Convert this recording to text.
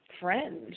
friend